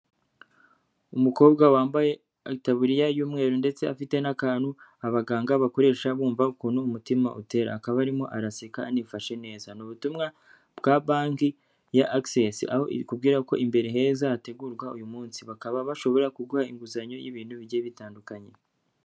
Umukobwa wambaye itaburiya y'umweru ndetse afite n'akantu abaganga bakoresha bumva ukuntu umutima utera, akaba arimo araseka anifashe neza, ni ubutumwa bwa banki ya akisesi, aho ikubwira ko imbere heza hategurwa uyu munsi, bakaba bashobora kuguha inguzanyo y'ibintu bigiye bitandukanye.